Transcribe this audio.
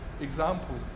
example